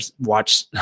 watch